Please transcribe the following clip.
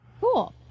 Cool